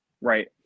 right